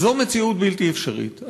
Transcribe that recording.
זו מציאות בלתי אפשרית.